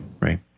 Right